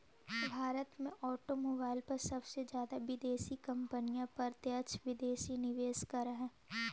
भारत में ऑटोमोबाईल पर सबसे जादा विदेशी कंपनियां प्रत्यक्ष विदेशी निवेश करअ हई